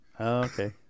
Okay